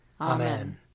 Amen